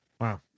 Wow